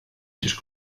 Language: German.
tisch